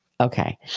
Okay